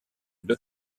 lot